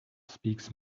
speaks